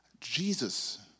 Jesus